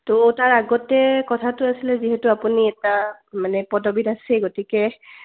তো তাৰ আগতে কথাটো আছিলে যিহেতু আপুনি এটা মানে পদবীত আছে গতিকে